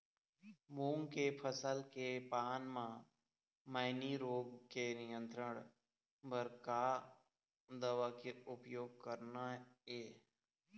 मूंग के फसल के पान म मैनी रोग के नियंत्रण बर का दवा के उपयोग करना ये?